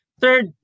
Third